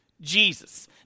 Jesus